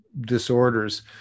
disorders